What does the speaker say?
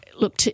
look